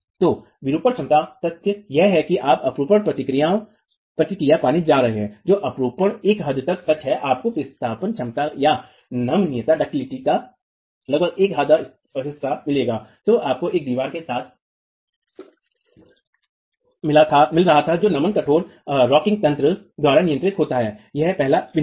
तो विरूपण क्षमता तथ्य यह है कि आप अपरूपण प्रतिक्रिया पाने जा रहे है जो अपरूपण एक हद तक सच है आपको विस्थापन क्षमता या नमनीयता का लगभग एक आधा हिस्सा मिलेगा जो आपको एक दीवार के साथ मिल रहा था जो नमन कठोरतारॉकिंग तंत्र द्वारा नियंत्रित होता है वह पहला बिंदु है